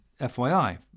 FYI